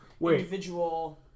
individual